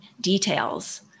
details